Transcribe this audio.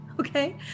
okay